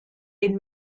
den